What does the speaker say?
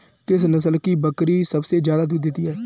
किस नस्ल की बकरी सबसे ज्यादा दूध देती है?